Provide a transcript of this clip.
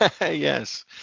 Yes